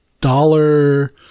dollar